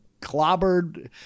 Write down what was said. clobbered